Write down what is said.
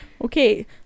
Okay